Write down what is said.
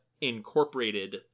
incorporated